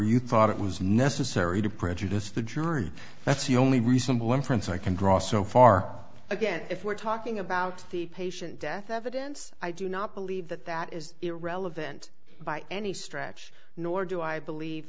you thought it was necessary to prejudice the jury that's the only reasonable inference i can draw so far again if we're talking about the patient death evidence i do not believe that that is irrelevant by any stretch nor do i believe